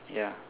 ya